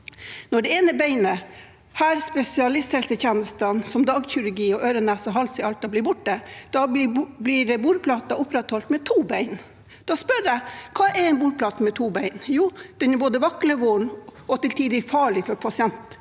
Når det ene beinet – her spesialisthelsetjenestene som dagkirurgi og øre-nese-hals i Alta – blir borte, blir bordplaten opprettholdt med to bein. Da spør jeg: Hva er en bordplate med to bein? Jo, den er både vaklevoren og til tider farlig for pasienttilbudet